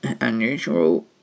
unusual